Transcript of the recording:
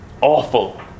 awful